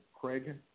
Craig